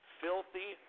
filthy